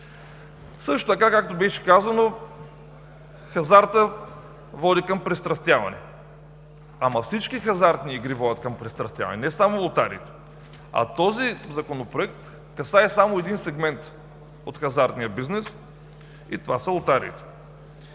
Също така беше казано: хазартът води към пристрастяване. Ама всички хазартни игри водят към пристрастяване не само лотариите, а този законопроект касае само един сегмент от хазартния бизнес и това са лотариите.